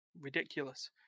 ridiculous